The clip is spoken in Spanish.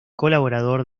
colaborador